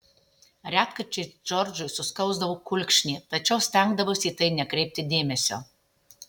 retkarčiais džordžui suskausdavo kulkšnį tačiau stengdavosi į tai nekreipti dėmesio